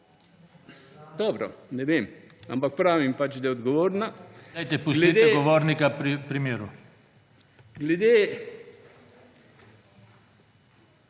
Dobro, ne vem. Ampak pravim pač, da je odgovorna …